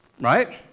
right